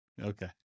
Okay